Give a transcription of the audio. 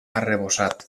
arrebossat